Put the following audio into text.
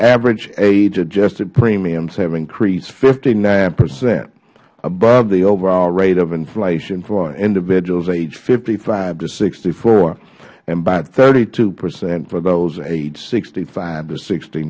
average age adjusted premiums have increased fifty nine percent above the overall rate of inflation for individuals aged fifty five to sixty four and by thirty two percent for those aged sixty five to sixty